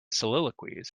soliloquies